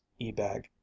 ebag